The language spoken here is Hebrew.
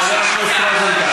חבר הכנסת רוזנטל.